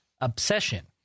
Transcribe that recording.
Obsession